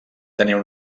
tenien